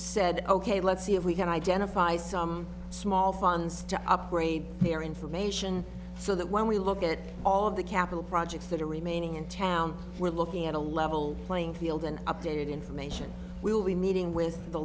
said ok let's see if we can identify some small funds to upgrade their information so that when we look at all of the capital projects that are remaining in town we're looking at a level playing field and updated information we'll be meeting with the